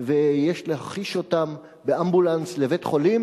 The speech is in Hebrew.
ויש להחיש אותם באמבולנס לבית-חולים.